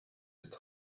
ist